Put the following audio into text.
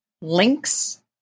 links